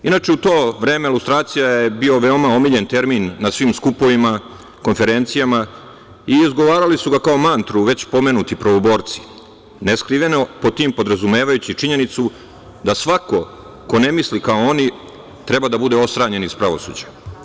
Inače, u to vreme lustracija je bio veoma omiljen termin na svim skupovima, konferencijama i izgovarali su ga kao mantru, već pomenuti prvoborci, neskriveno, pod tim podrazumevajući činjenicu da svako ko ne misli kao oni treba da bude odstranjen iz pravosuđa.